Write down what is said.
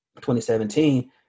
2017